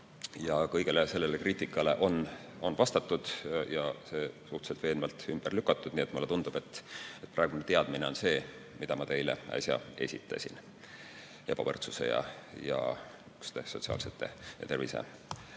Kogu sellele kriitikale on vastatud ja see suhteliselt veenvalt ümber lükatud, nii et mulle tundub, et praegune teadmine on see, mida ma teile äsja esitasin, ebavõrdsuse, sotsiaalsete probleemide